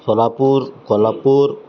Solapur Kolhapur